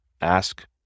ask